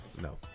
No